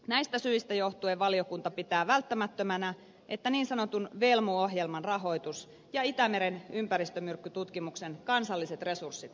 näistä syistä johtuen valiokunta pitää välttämättömänä että niin sanotun velmu ohjelman rahoitus ja itämeren ympäristömyrkkytutkimuksen kansalliset resurssit turvataan